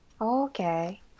Okay